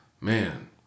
man